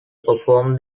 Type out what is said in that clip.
performs